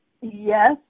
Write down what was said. yes